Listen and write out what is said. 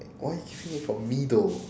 eh why you keeping it from me though